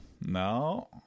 no